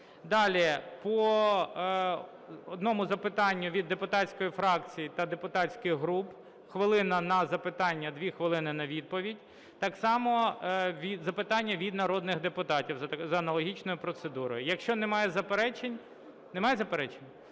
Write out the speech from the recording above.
Далі по одному запитанню від депутатської фракції та депутатських груп. Хвилина на запитання, 2 хвилини на відповідь. Так само запитання від народних депутатів, за аналогічною процедурою. Якщо немає заперечень… Немає заперечень?